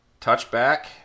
touchback